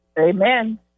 Amen